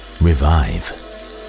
revive